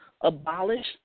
abolish